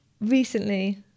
recently